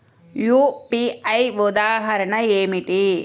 UPI ఉదాహరణ ఏమిటి?